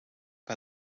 que